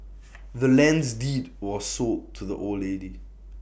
the land's deed was sold to the old lady